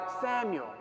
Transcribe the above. Samuel